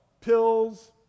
pills